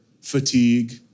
fatigue